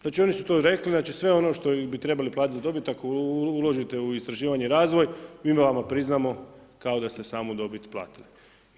Znači oni su to rekli, znači sve ono što bi trebali platiti za dobit ako uložite u istraživanje i razvoj mi vama priznamo kao da ste samu dobit platili.